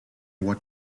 what